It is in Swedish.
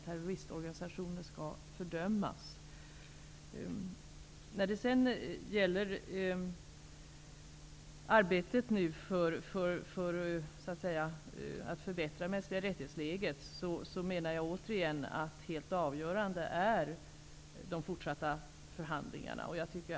Terroristorganisationer skall fördömas. När det gäller arbetet för att så att säga förbättra MR-läget, menar jag återigen att de fortsatta förhandlingarna är helt avgörande.